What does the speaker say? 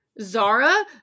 zara